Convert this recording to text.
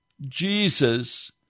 Jesus